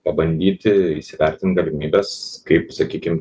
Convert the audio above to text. pabandyti įsivertint galimybes kaip sakykim